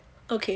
okay